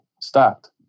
stopped